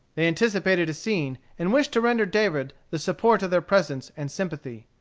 they anticipated a scene, and wished to render david the support of their presence and sympathy.